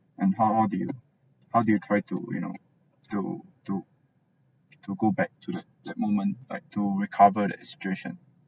and how all do you how do you try to you know to to to go back to that that moment like to recover that situation